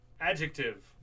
Adjective